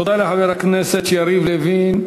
תודה לחבר הכנסת יריב לוין.